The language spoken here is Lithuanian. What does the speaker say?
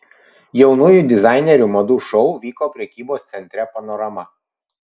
jaunųjų dizainerių madų šou vyko prekybos centre panorama